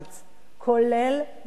כולל ברכבות.